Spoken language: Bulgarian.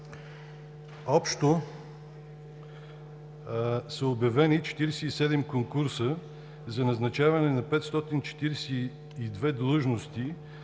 Общо са обявени 47 конкурса за назначаване на 542 длъжности